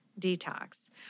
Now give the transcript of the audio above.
detox